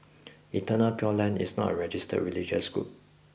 Eternal Pure Land is not a registered religious group